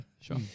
sure